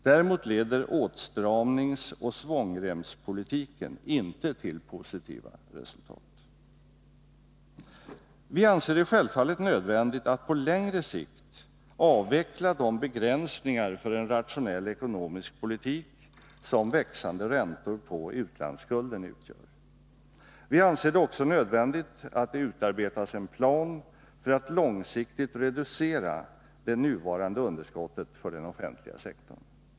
Däremot leder åtstramningsoch svångremspolitiken inte till positiva resultat. Vi anser det självfallet nödvändigt att på längre sikt avveckla de begränsningar för en rationell ekonomisk politik som växande räntor på utlandsskulden utgör. Vi anser det också nödvändigt att det utarbetas en plan för att långsiktigt reducera det nuvarande underskottet för den offentliga sektorn.